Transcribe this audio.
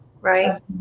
Right